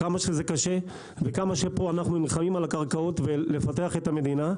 כמה שזה קשה וכמה שפה אנחנו נלחמים על הקרקעות ולפתח את המדינה,